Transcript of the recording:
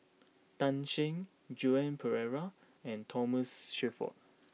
Tan Shen Joan Pereira and Thomas Shelford